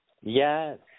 Yes